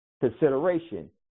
consideration